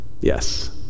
Yes